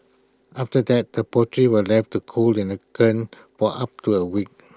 after that the pottery were left to cool in the kiln for up to A week